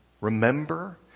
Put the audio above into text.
Remember